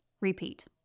repeat